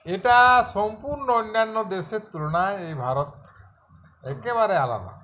এটা সম্পূর্ণ অন্যান্য দেশের তুলনায় এই ভারত একেবারে আলাদা